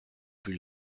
plus